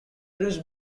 prince